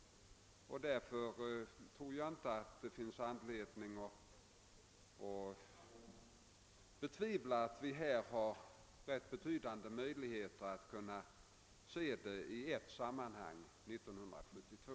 Därför tror jag inte att det finns anledning att betvivla att vi har rätt betydande möjligheter att bedöma detta problem i ett sammanhang år 1972.